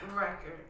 Record